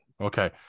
Okay